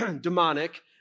demonic